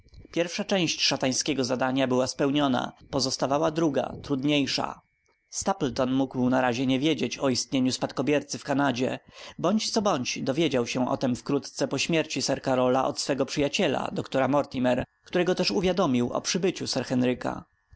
pierwsza część szatańskiego zadania była spełniona pozostawała druga trudniejsza stapleton mógł na razie nie wiedzieć o istnieniu spadkobiercy w kanadzie bądź co bądź dowiedział się o tem wkrótce po śmierci sir karola od swego przyjaciela doktora mortimer który go też uwiadomił o przybyciu sir henryka